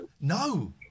No